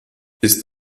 ist